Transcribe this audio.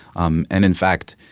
um and, in fact,